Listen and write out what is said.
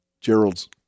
Gerald's